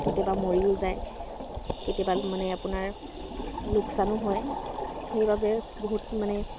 কেতিয়াবা মৰিও যায় কেতিয়াবা মানে আপোনাৰ লোকচানো হয় সেইবাবে বহুত মানে